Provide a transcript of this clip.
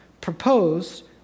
proposed